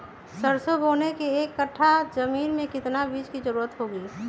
सरसो बोने के एक कट्ठा जमीन में कितने बीज की जरूरत होंगी?